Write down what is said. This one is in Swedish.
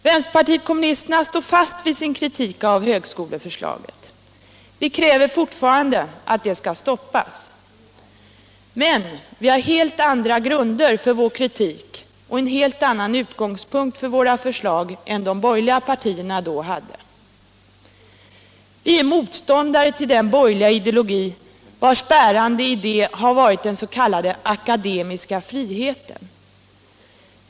Vänsterpartiet kommunisterna står fast vid sin kritik av högskoleförslaget. Vi kräver fortfarande att det skall stoppas. Men vi har helt andra grunder för vår kritik och en helt annan utgångspunkt för våra förslag än de borgerliga partierna hade vid det tidigare tillfället. Vi är motståndare till den borgerliga ideologi vars bärande idé har varit den s.k. akademiska friheten.